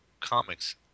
comics